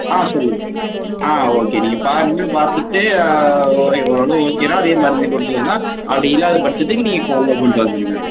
ஆ சரி ஆ ஓகே நீங்கள் பாருங்கள் பார்த்துட்டு ஓரளவு ஓகேன்னா அதே மருந்தே கொடுத்திக்கோங்க அப்படி இல்லாத பட்சத்துக்கு நீங்கள் காலைல கொண்டுட்டு வந்துருங்க